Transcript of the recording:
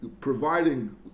providing